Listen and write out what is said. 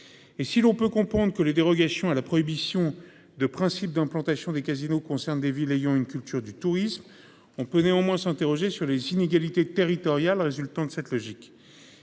Et si l'on peut comprendre que les dérogations à la prohibition de principe d'implantation des casinos concernent des villes ayant une culture du tourisme on peut néanmoins s'interroger sur les inégalités territoriales résultant de cette logique